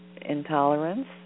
intolerance